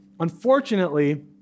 unfortunately